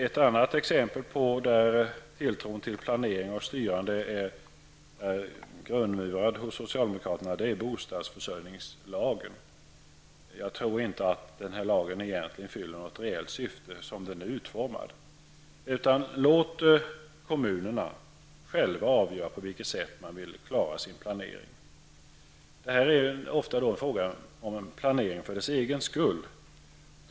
Ett annat exempel på att tilltron till planering och styrande är grundmurad hos socialdemokraterna gäller bostadsförsörjningslagen. Jag tror inte att den lagen såsom den är utformad fyller något reellt syfte. Låt kommunerna själva få avgöra på vilket sätt de skall klara sin planering. Det är ofta fråga om en planering för dess egen skull.